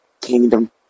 Kingdom